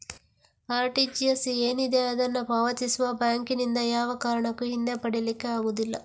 RTGS ಏನಿದೆ ಅದನ್ನ ಪಾವತಿಸುವ ಬ್ಯಾಂಕಿನಿಂದ ಯಾವ ಕಾರಣಕ್ಕೂ ಹಿಂದೆ ಪಡೀಲಿಕ್ಕೆ ಆಗುದಿಲ್ಲ